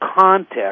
context